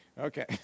Okay